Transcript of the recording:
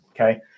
okay